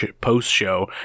post-show